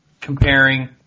comparing